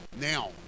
Now